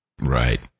Right